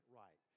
right